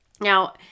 Now